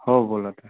हो बोलत आहे